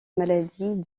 maladie